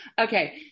okay